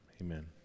amen